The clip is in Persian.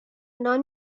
نان